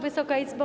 Wysoka Izbo!